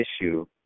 issue